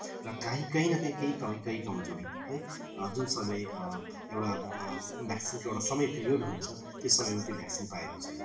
र काहीँ कहीँ न कहीँ केही कमी केही कमजोडी है जुन समय एउटा भ्याक्सिनको एउटा समय पिरियड हुन्छ त्यो समयमा त्यो भ्याक्सिन पाएको छैन